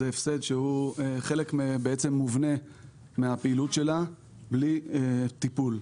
זה הפסד שהוא חלק מובנה מהפעילות שלה בלי טיפול.